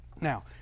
Now